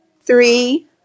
three